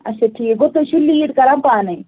آچھا ٹھیٖک گوٚو تُہۍ چھُ لیٖڈ کَران پانٔے